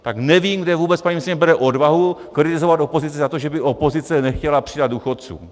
Tak nevím, kde vůbec paní ministryně bere odvahu kritizovat opozici za to, že by opozice nechtěla přidat důchodcům.